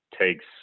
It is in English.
takes